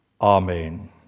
Amen